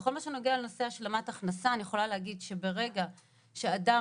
בכל הנוגע לנושא השלמת הכנסה אני יכולה להגיד שברגע שאדם